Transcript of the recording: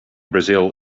brazil